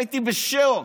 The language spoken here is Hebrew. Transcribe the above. הייתי בשוק.